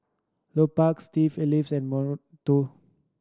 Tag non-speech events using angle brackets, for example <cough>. Lupark Steve <unintelligible> and Moto